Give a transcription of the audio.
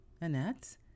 Annette